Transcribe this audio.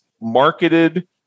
marketed